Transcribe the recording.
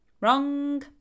Wrong